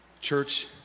Church